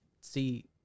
see